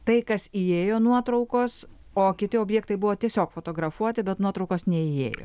tai kas įėjo nuotraukos o kiti objektai buvo tiesiog fotografuoti bet nuotraukos neįėjo